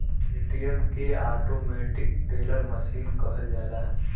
ATM के automatic teller machine कहल जाला